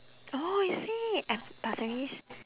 oh is it at pasir ris